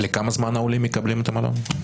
לכמה זמן העולים מקבלים את המלון?